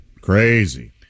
Crazy